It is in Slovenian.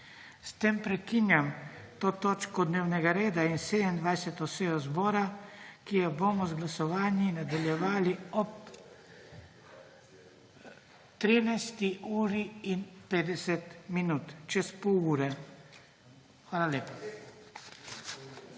S tem prekinjam to točko dnevnega reda in 27. sejo zbora, ki jo bomo z glasovanji nadaljevali ob 13. uri in 50 minut. Čez pol ure. Hvala lepa.